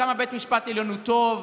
ואמרו כמה בית המשפט העליון הוא טוב,